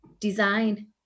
design